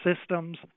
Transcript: systems